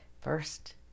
first